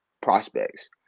prospects